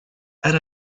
add